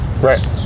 Right